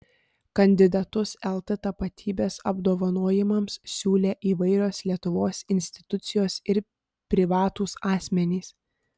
kandidatus lt tapatybės apdovanojimams siūlė įvairios lietuvos institucijos ir privatūs asmenys